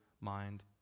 mind